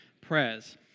prayers